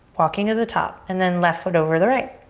walking to the top, and then left foot over the right.